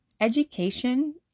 Education